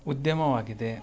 ಉದ್ಯಮವಾಗಿದೆ